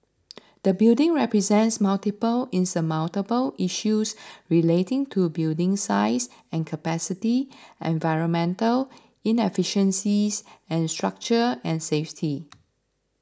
the building presents multiple insurmountable issues relating to building size and capacity environmental inefficiencies and structure and safety